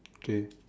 K